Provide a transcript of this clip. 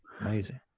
Amazing